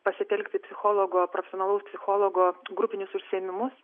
pasitelkti psichologo profesionalaus psichologo grupinius užsiėmimus